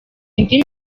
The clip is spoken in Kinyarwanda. indimi